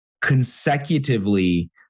consecutively